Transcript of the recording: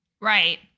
Right